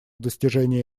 достижения